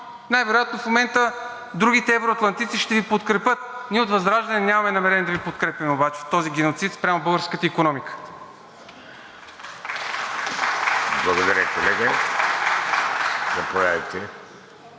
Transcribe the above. най-вероятно в момента другите евроатлантици ще Ви подкрепят, но ние от ВЪЗРАЖДАНЕ нямаме намерение да Ви подкрепяме в този геноцид спрямо българската икономика.